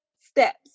steps